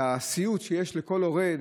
את הסיוט שיש לכל הורה,